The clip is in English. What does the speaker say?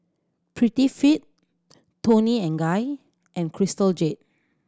Prettyfit Toni and Guy and Crystal Jade